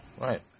Right